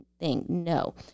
No